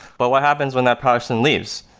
but what happens when that person leaves?